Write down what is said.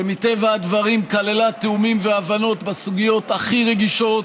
שמטבע הדברים כללה תיאומים והבנות בסוגיות הכי רגישות,